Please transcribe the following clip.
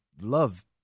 love